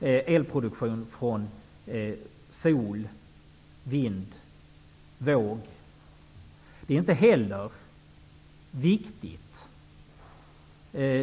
Elproduktion från sol, vind och våg är inte heller viktigt.